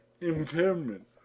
impairment